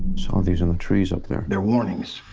saw these in the trees up there. they're warnings.